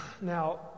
Now